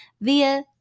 via